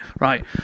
right